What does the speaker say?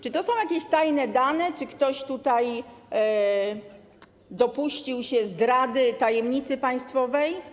Czy to są jakieś tajne dane, czy ktoś dopuścił się tu zdrady tajemnicy państwowej?